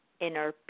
inner